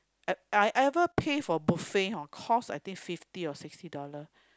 I I ever pay for buffet hor cost I think fifty or sixty dollar